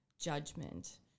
judgment